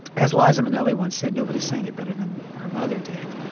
as liza minnelli once said, nobody's saying it better than her mother did.